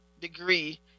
degree